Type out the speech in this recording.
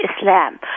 Islam